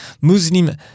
Muslim